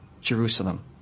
Jerusalem